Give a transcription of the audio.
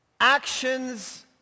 actions